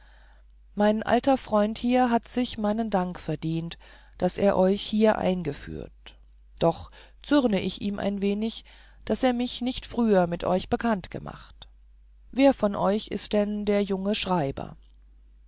mein alter freund hier hat sich meinen dank verdient daß er euch hier einführte doch zürne ich ihm ein wenig daß er mich nicht früher mit euch bekannt machte wer von euch ist denn der junge schreiber